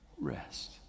Rest